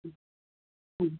ഉം